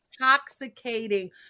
intoxicating